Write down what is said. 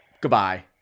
Goodbye